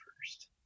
first